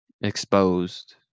exposed